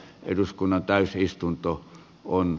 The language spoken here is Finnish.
eduskunnan täysistunto on